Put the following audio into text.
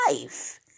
life